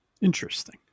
interesting